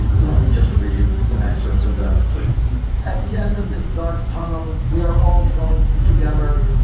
and let me just read an excerpt of that place at the end of this dark tunnel. we are all going through together,